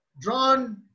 drawn